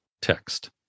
text